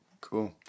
Cool